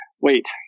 wait